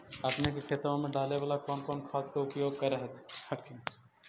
अपने के खेतबा मे डाले बाला कौन कौन खाद के उपयोग कर हखिन?